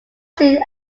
soon